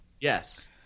Yes